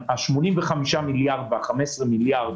ה-85 מיליארד וה-15 מיליארד,